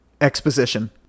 exposition